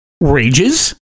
Rages